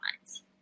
minds